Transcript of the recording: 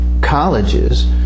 colleges